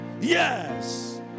Yes